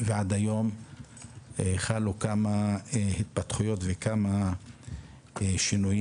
ועד היום חלו כמה התפתחויות וכמה שינויים.